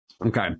Okay